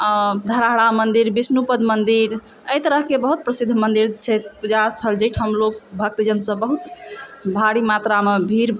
आओर धरहारा मन्दिर विष्णुपद मन्दिर एहि तरहके बहुत प्रसिद्ध मन्दिर छै पूजा स्थल जाहिठाम लोक भक्तजन सब बहुत भारी मात्रामे भीड़